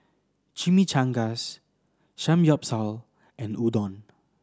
Chimichangas Samgyeopsal and Udon